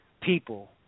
people